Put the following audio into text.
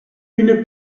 une